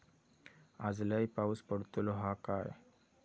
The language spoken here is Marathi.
आज लय पाऊस पडतलो हा काय?